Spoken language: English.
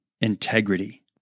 integrity